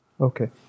Okay